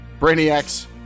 Brainiacs